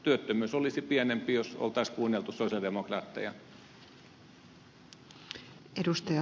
työttömyys olisi pienempi jos olisi kuunneltu sosialidemokraatteja